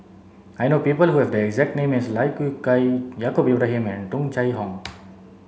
I know people who have the exact name as Lai Kew Chai Yaacob Ibrahim Tung Chye Hong